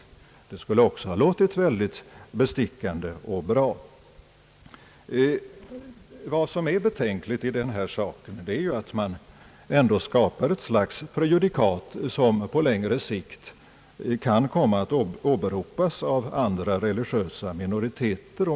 Det skulle också ha låtit mycket bestickande och bra. Vad som är betänkligt i denna fråga är ju att man ändå skapar ett slags prejudikat som på längre sikt kan komma att åberopas av andra religiösa minoriteter.